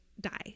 die